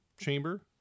chamber